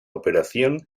operación